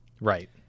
right